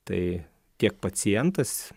tai tiek pacientas